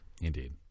Indeed